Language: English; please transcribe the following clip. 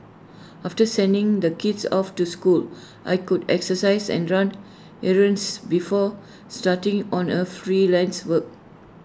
after sending the kids off to school I could exercise and run errands before starting on A freelance work